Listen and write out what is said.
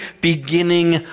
beginning